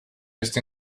used